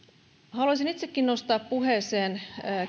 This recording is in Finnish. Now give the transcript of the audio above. haluaisin itsekin nostaa puheeseen